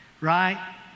right